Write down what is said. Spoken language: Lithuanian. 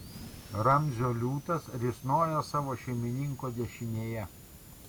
ramzio liūtas risnojo savo šeimininko dešinėje